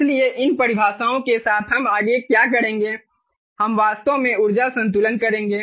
इसलिए इन परिभाषाओं के साथ हम आगे क्या करेंगे हम वास्तव में ऊर्जा संतुलन करेंगे